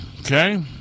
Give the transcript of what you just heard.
okay